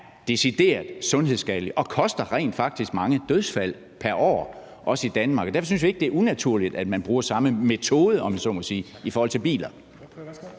er decideret sundhedsskadelig og rent faktisk koster mange dødsfald pr. år, også i Danmark. Derfor synes vi ikke, det er unaturligt, at man bruger samme metode, om jeg